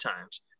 times